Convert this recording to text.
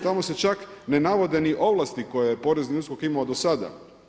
Tamo se čak ne navode ni ovlasti koje je porezni USKOK imao do sada.